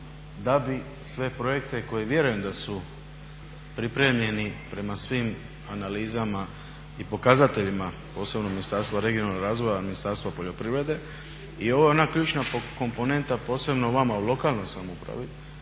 da bi sve projekte koji vjerujem da su pripremljeni prema svim analizama i pokazateljima, posebno Ministarstvo regionalnog razvoja, Ministarstvo poljoprivrede i ovo je ona ključna komponenta posebno vama u lokalnoj samoupravi